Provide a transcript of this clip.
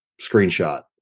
screenshot